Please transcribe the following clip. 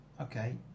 Okay